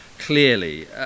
Clearly